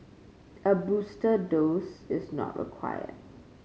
a booster dose is not required